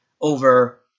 over